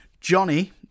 Johnny